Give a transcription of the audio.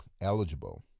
eligible